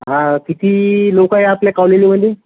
हां किती लोक आहे आपल्या कॉलनीमध्ये